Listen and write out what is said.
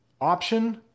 option